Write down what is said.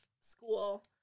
school